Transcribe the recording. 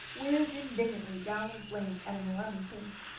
whizzed indignantly down the lane at an alarming pace.